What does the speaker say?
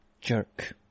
jerk